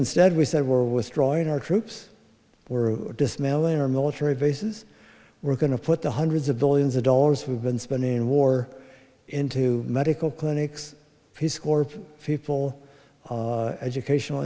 instead we said we're withdrawing our troops were dismantling our military bases we're going to put the hundreds of billions of dollars we've been spending war into medical clinics his corpse people educational